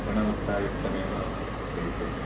गुणवत्तायुक्तमेव प्रयुज्यते